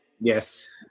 yes